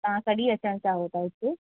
तव्हां कॾहिं अचणु चाहियो था हिते